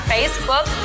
Facebook